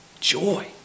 joy